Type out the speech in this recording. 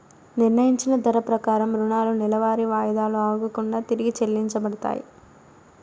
నిర్ణయించిన ధర ప్రకారం రుణాలు నెలవారీ వాయిదాలు ఆగకుండా తిరిగి చెల్లించబడతాయి